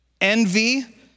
Envy